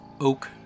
oak